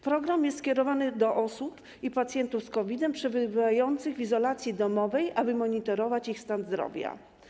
Program jest skierowany do osób i pacjentów z COVID-em przebywających w izolacji domowej, aby monitorować ich stan zdrowia.